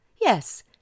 Yes